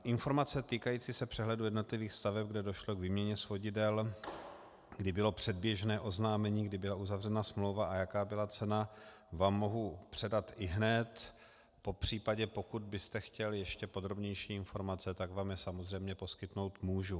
Informace týkající se přehledu jednotlivých staveb, kde došlo k výměně svodidel, kdy bylo předběžné oznámení, kdy byla uzavřena smlouva a jaká byla cena, vám mohu předat ihned, popřípadě pokud byste chtěl ještě podrobnější informace, tak vám je samozřejmě poskytnout můžu.